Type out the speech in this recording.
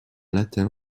latin